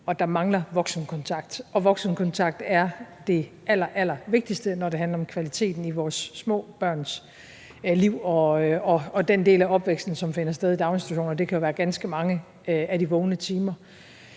at der mangler voksenkontakt. Og voksenkontakt er det allerallervigtigste, når det handler om kvaliteten i vores små børns liv og den del af opvæksten, som finder sted i daginstitutioner, og det kan jo være ganske mange af de vågne timer.